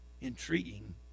intriguing